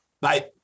Bye